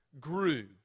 grew